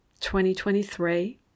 2023